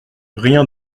rien